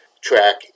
track